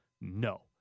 No